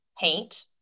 paint